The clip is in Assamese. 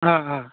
অ' অ'